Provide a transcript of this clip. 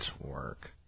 work